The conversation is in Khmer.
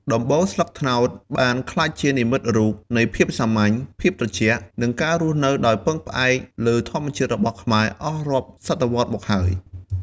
ដំបូលស្លឹកត្នោតបានក្លាយជានិមិត្តរូបនៃភាពសាមញ្ញ ភាពត្រជាក់ និងការរស់នៅដោយពឹងផ្អែកលើធម្មជាតិរបស់ខ្មែរអស់រាប់សតវត្សរ៍មកហើយ។